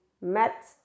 met